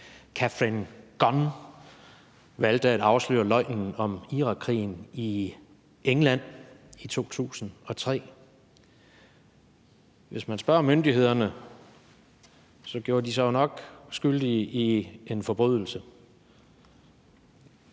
Katharine Gun valgte at afsløre løgnen om Irakkrigen i England i 2003. Hvis man spørger myndighederne, gjorde de sig jo nok skyldige i en forbrydelse,